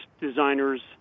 designers